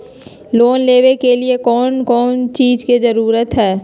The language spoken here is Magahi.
लोन लेबे के लिए कौन कौन चीज के जरूरत है?